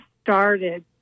started